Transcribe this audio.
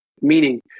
Meaning